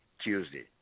Tuesday